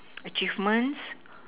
achievements